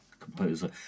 composer